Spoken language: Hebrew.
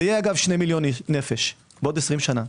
זה יהיה 2 מיליון נפש בעוד 20 שנה.